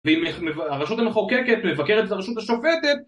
ואם הרשות המחוקקת מבקרת את הרשות השופטת